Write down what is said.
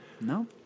No